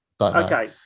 Okay